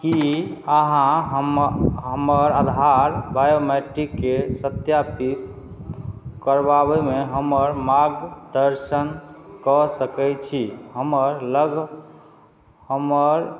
की अहाँ हम हमर आधार बायोमेट्रिक्सकेँ सत्यापित करबाबयमे हमर मार्गदर्शन कऽ सकय छी हमर लग हमर